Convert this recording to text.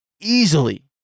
Easily